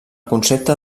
concepte